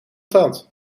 tand